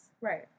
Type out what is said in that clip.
Right